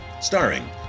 Starring